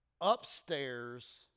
upstairs